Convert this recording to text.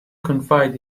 confide